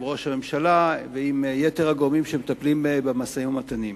עם ראש הממשלה ועם יתר הגורמים שמטפלים במשאים ובמתנים.